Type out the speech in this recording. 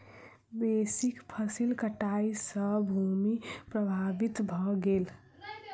बेसी फसील कटाई सॅ भूमि प्रभावित भ गेल